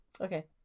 okay